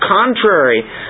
contrary